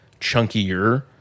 chunkier